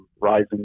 rising